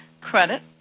credit